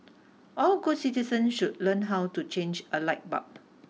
all good citizens should learn how to change a light bulb